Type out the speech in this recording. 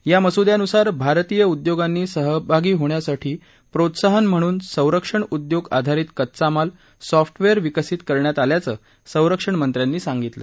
या मसुद्यानुसार भारतीय उद्योगांनी सहभागी होण्यासाठी प्रोत्साहन म्हणून संरक्षण उद्योग आधारित कच्चा माल सॉफ्टवेअर विकसित करण्यात आल्याचं संरक्षण मंत्र्यांनी सांगितलं